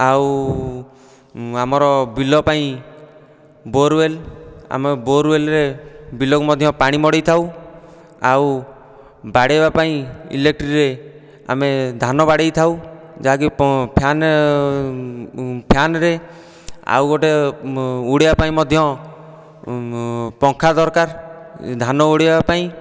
ଆଉ ଆମର ବିଲ ପାଇଁ ବୋରୱେଲ ଆମେ ବୋରୱେଲରେ ବିଲକୁ ମଧ୍ୟ ପାଣି ମଡ଼ାଇଥାଉ ଆଉ ବାଡ଼େଇବା ପାଇଁ ଇଲେକ୍ଟ୍ରିରେ ଆମ ଧାନ ବାଡ଼େଇଥାଉ ଯାହାକି ଫ୍ୟାନ ଫ୍ୟାନରେ ଆଉ ଗୋଟିଏ ଉଡ଼ାଇବା ପାଇଁ ମଧ୍ୟ ପଙ୍ଖା ଦରକାର ଧାନ ଉଡ଼ାଇବା ପାଇଁ